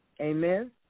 Amen